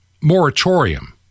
moratorium